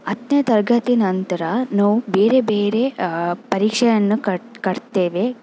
ಹತ್ತನೇ ತರಗತಿ ನಂತರ ನಾವು ಬೇರೆ ಬೇರೆ ಪರೀಕ್ಷೆಯನ್ನು ಕಟ್ ಕಟ್ತೇವೆ